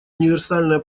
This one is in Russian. универсальное